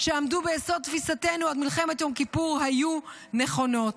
שעמדו ביסוד תפיסתנו את מלחמת יום כיפור היו נכונות.